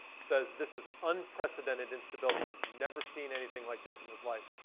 says this is unprecedented instability. he's never seen anything like this in his life.